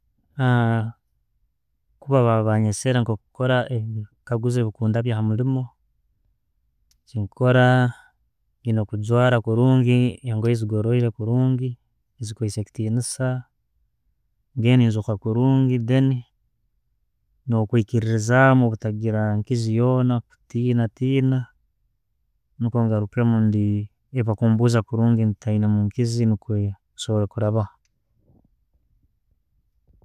Kuba baba banyesere kukora ebikaguzo ebikundabya hamulimu kyenkukora, nina kugwara kurungi, engoye zigoirere kurungi, ezikuhesa ekitinisa, then nenzoka kurungi then nokwikirizamu obutagira nkizi yoona no'kutinatina nikongarukemu kurungi byebakumbuza ntaina nkizi niko sobore kubaho kurabaho.